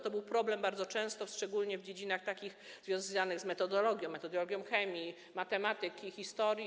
To był problem bardzo częsty, szczególnie w dziedzinach związanych z metodologią: metodologią chemii, matematyki, historii.